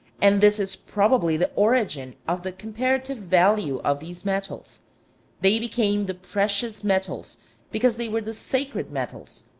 and this is probably the origin of the comparative value of these metals they became the precious metals because they were the sacred metals,